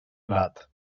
blat